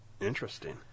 Interesting